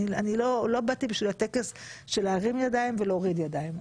לא באתי בשביל הטקס של להרים ידיים ולהוריד ידיים,